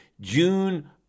June